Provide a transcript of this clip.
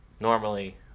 normally